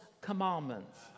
commandments